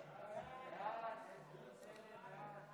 הצעת סיעת הרשימה המשותפת